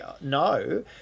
no